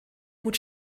gut